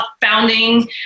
founding